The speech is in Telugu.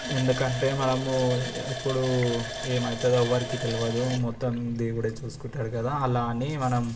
ఎందుకంటే మనము ఇప్పుడు ఏమైతుందో ఎవ్వరికి తెలియదు మొత్తం దేవుడే చూసుకుంటాడు కదా అలా అని మనం